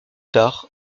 tard